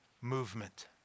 movement